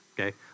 Okay